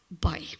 bye